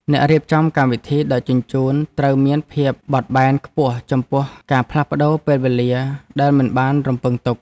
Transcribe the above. អ្នករៀបចំកម្មវិធីដឹកជញ្ជូនត្រូវមានភាពបត់បែនខ្ពស់ចំពោះការផ្លាស់ប្តូរពេលវេលាដែលមិនបានរំពឹងទុក។